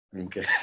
Okay